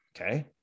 Okay